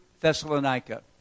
Thessalonica